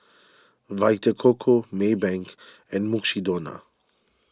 Vita Coco Maybank and Mukshidonna